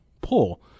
pull